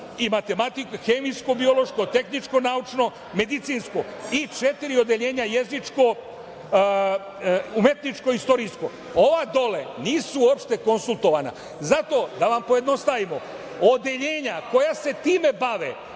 i matematiku, hemijsko-biološko, tehničko-naučno, medicinsko i četiri odeljenja – jezičko, umetničko, istorijsko. Ova dole nisu uopšte konsultovana. Zato, da vam pojednostavimo, odeljenja koja se time bave,